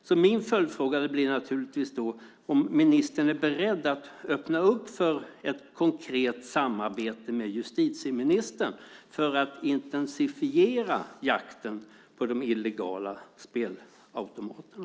Så min följdfråga blir om ministern är beredd att öppna för ett konkret samarbete med justitieministern för att intensifiera jakten på de illegala spelautomaterna.